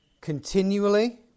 continually